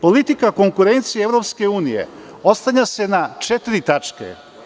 Politika konkurencije EU ostavlja se na četiri tačke.